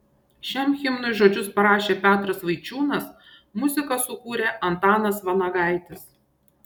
šiam himnui žodžius parašė petras vaičiūnas muziką sukūrė antanas vanagaitis